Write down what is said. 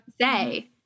say